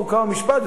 חוק ומשפט,